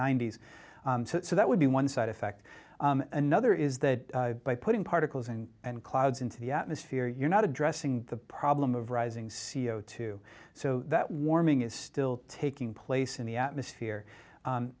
ninety's so that would be one side effect another is that by putting particles in and clouds into the atmosphere you're not addressing the problem of rising c o two so that warming is still taking place in the atmosphere